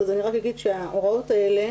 אני רק אגיד שההוראות האלה: